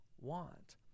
want